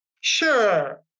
Sure